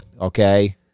Okay